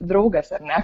draugas ar ne